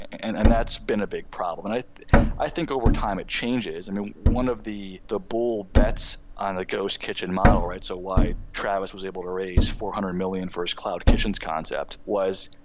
and and that's been a big problem. and i i think over time it changes. and one of the the bold bets on the ghost kitchen model, right. so why travis was able to raise four hundred million first cloud kitchens concept was,